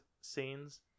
scenes